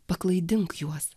paklaidink juos